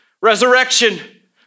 resurrection